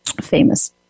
famous